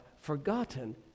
forgotten